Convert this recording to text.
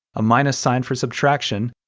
a minus sign for subtraction,